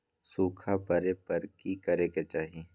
सूखा पड़े पर की करे के चाहि